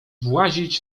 włazić